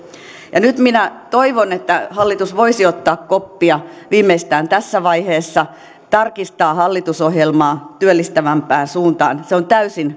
ja nyt minä toivon että hallitus voisi ottaa koppia viimeistään tässä vaiheessa tarkistaa hallitusohjelmaa työllistävämpään suuntaan se on täysin